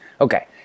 Okay